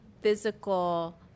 physical